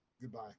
Goodbye